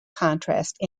contrast